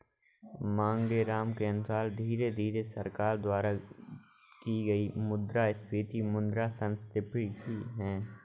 मांगेराम के अनुसार धीरे धीरे सरकार द्वारा की गई मुद्रास्फीति मुद्रा संस्फीति है